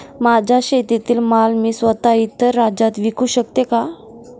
माझ्या शेतातील माल मी स्वत: इतर राज्यात विकू शकते का?